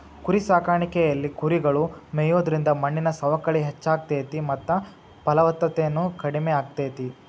ಕುರಿಸಾಕಾಣಿಕೆಯಲ್ಲಿ ಕುರಿಗಳು ಮೇಯೋದ್ರಿಂದ ಮಣ್ಣಿನ ಸವಕಳಿ ಹೆಚ್ಚಾಗ್ತೇತಿ ಮತ್ತ ಫಲವತ್ತತೆನು ಕಡಿಮೆ ಆಗ್ತೇತಿ